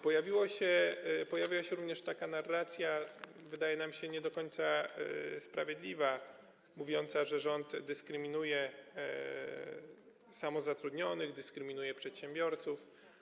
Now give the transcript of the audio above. Pojawiła się również taka narracja, wydaje nam się, nie do końca sprawiedliwa, mówiąca, że rząd dyskryminuje samozatrudnionych, dyskryminuje przedsiębiorców.